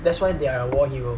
that's why they are a war hero